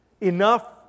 enough